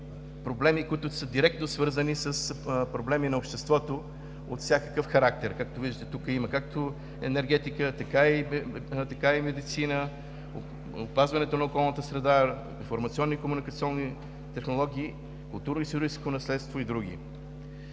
проблеми, които са директно свързани с проблеми на обществото от всякакъв характер. Както виждате, тук има енергетика, медицина, опазването на околната среда, информационни и комуникационни технологии, културно-историческо наследство и други.